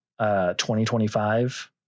2025